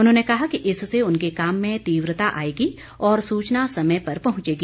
उन्होंने कहा कि इससे उनके काम में तीव्रता आएगी और सूचना समय पर पहुंचेगी